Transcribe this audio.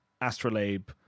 astrolabe